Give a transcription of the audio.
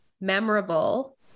memorable